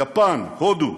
יפן, הודו,